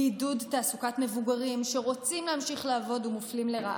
לעידוד תעסוקת מבוגרים שרוצים להמשיך לעבוד ומופלים לרעה,